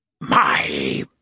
My